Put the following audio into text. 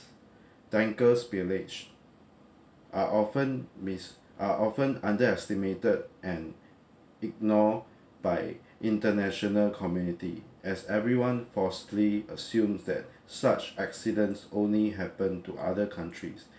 tanker spillage are often miss~ are often underestimated and ignore by international community as everyone falsely assumes that such accidents only happen to other countries